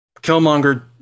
Killmonger